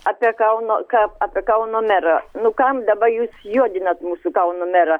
apie kauno ka apie kauno merą nu kam daba jūs juodinat mūsų kauno merą